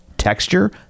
Texture